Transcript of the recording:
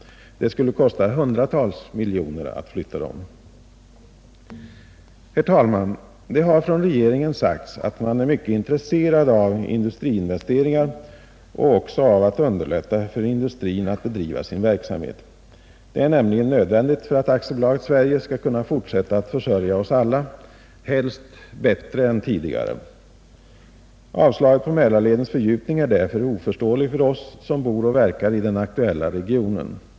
Det skulle kosta hundratals miljoner att göra en sådan utflyttning. Herr talman! Regeringen har uttalat att man är mycket intresserad av industriinvesteringar och även av att underlätta för industrin att bedriva sin verksamhet. Det är nämligen nödvändigt för att AB Sverige skall kunna fortsätt att försörja oss alla — helst bättre än tidigare. Avslaget på Mälarledens fördjupning är därför oförståeligt för oss, som bor och verkar i den aktuella regionen.